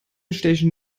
stechen